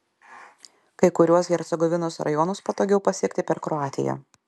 kai kuriuos hercegovinos rajonus patogiau pasiekti per kroatiją